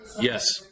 Yes